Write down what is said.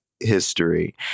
history